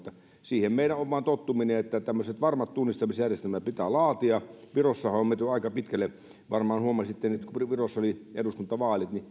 siihen meidän on vain tottuminen että tämmöiset varmat tunnistamisjärjestelmät pitää laatia virossahan on menty aika pitkälle varmaan huomasitte että nyt kun virossa oli eduskuntavaalit